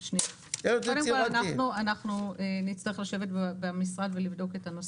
אנחנו נצטרך לשבת במשרד ולבדוק את הנושא.